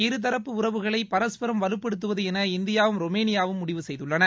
இருதரப்பு உறவுகளை பரஸ்பரம் வலுப்படுத்துவதென இந்தியாவும் ரொமேனியாவும் முடிவு செய்துள்ளன